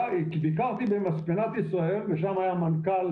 ביקרתי במספנת ישראל ושם היה מנכ"ל